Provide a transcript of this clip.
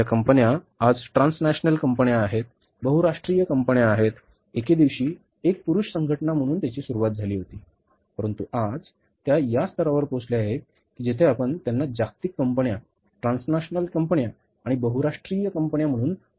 ज्या कंपन्या आज ट्रान्झॅशनल कंपन्या आहेत बहुराष्ट्रीय कंपन्या आहेत एकेदिवशी एक पुरुष संघटना म्हणून त्यांची सुरुवात झाली होती परंतु आज त्या स्तरावर पोचले आहेत जेथे आपण त्यांना जागतिक कंपन्या ट्रान्झॅशनल कंपन्या आणि बहुराष्ट्रीय कंपन्या म्हणून ओळखतो